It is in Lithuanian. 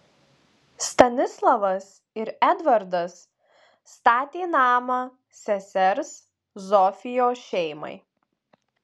stanislavas ir edvardas statė namą sesers zofijos šeimai